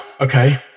Okay